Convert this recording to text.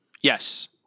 Yes